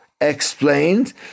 explained